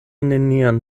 nenian